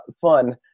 fun